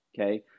okay